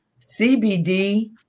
CBD